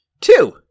Two